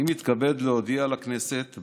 אני מתכבד להודיע לכנסת,